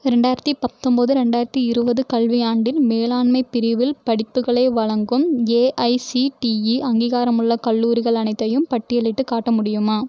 இரண்டாயிரத்தி பத்தொம்பது ரெண்டாயிரத்தி இருபது கல்வியாண்டில் மேலாண்மை பிரிவில் படிப்புகளை வழங்கும் ஏஐசிடிஇ அங்கீகாரமுள்ள கல்லூரிகள் அனைத்தையும் பட்டியலிட்டுக் காட்ட முடியுமா